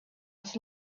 was